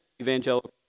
evangelical